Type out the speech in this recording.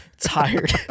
tired